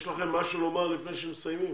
יש לכם משהו לומר לפני שמסיימים?